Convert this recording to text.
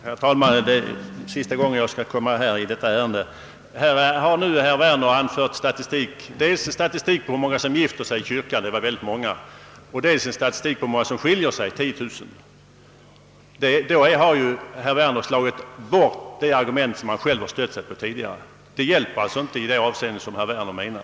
Herr talman! Det är sista gången jag återkommer i detta ärende. Nu har herr Werner anfört dels en statistik över hur många som årligen gifter sig i kyrkan — det var många — och dels över hur många som skiljer sig, nämligen omkring 10 000. Därmed har herr Werner slagit unrdan det argument som han själv stödde sig på tidigare. Den kyrkliga vigseln hjälper alltså inte i det avseende som herr Werner menar.